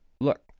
look